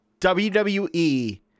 WWE